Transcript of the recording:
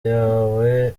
yawe